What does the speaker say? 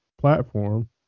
platform